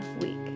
week